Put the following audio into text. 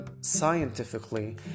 scientifically